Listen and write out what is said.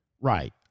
Right